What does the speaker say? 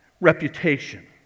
reputation